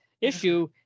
issue